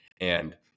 And-